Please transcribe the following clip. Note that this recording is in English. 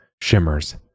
shimmers